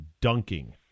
dunking